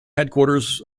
headquarters